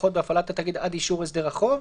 הכרוכות בהפעלת התאגיד עד אישור הסדר החוב.